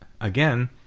again